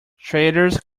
traders